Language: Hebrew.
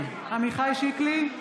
עמיחי שיקלי,